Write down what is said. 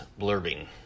blurbing